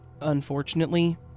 Unfortunately